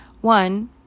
One